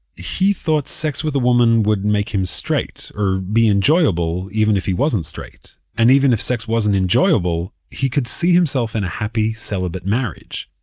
he thought sex with a woman would make him straight. or be enjoyable, even if he wasn't straight. and even if sex wasn't enjoyable, he could see himself in a happy celibate marriage.